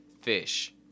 fish